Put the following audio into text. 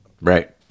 right